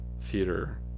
theater